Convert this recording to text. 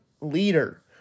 leader